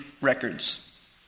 records